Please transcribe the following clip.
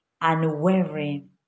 unwavering